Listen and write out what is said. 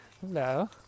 hello